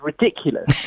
ridiculous